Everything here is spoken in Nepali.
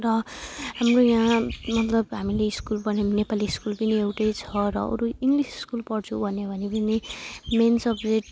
र हाम्रो यहाँ मतलब हामीले स्कुल पढ्ने नेपाली स्कुल पनि एउटै छ र अरू इङ्लिस स्कुल पढ्छु भन्यो भने पनि मेन सब्जेक्ट